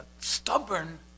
stubborn